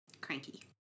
cranky